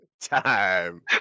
time